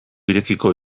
irekiko